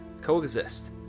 coexist